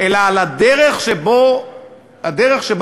אלא על הדרך שבה היא התנהלה,